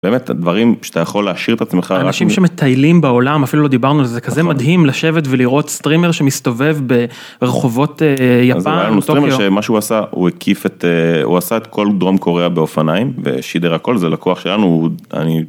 באמת, הדברים שאתה יכול להעשיר את עצמך. אנשים שמטיילים בעולם אפילו לא דיברנו על זה, זה כזה מדהים לשבת ולראות סטרימר שמסתובב ברחובות יפן, טוקיו. משהוא עשה הוא הקיף את, הוא עשה את כל דרום קוריאה באופניים ושידר הכל. זה לקוח שלנו, אני.